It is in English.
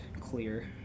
clear